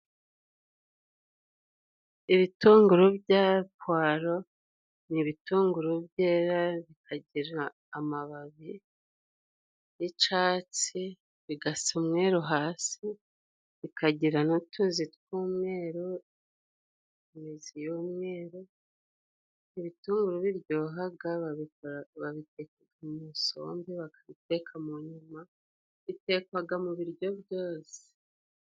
Ibitunguru bya puwaro n'ibitunguru byera bikagira amababi y'icatsi, bigasa umweru hasi, bikagira n'utuzi tw'umweru, imizi y'umweru, ibitunguru biryohaga. Babiteka mu isombe, bakabiteka mu nyama babitekaga mu biryo byose.